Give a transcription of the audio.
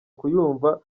kuyumva